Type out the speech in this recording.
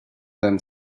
them